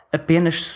apenas